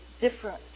different